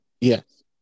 yes